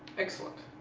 excellent.